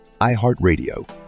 iHeartRadio